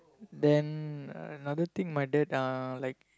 then uh another thing my dad uh like